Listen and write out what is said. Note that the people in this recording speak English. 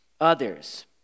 others